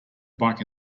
bike